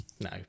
no